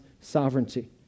sovereignty